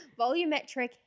Volumetric